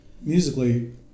musically